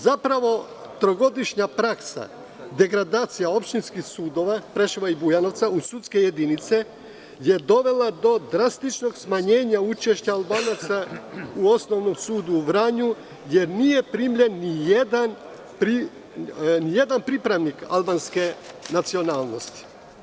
Zapravo, trogodišnja praksa, degradacije opštinskih sudova Preševa i Bujanovca u sudske jedinice, je dovela do drastičnog smanjenja učešća Albanaca u Osnovnom sudu u Vranju jer nije primljen ni jedan pripravnik albanske nacionalnosti.